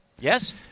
Yes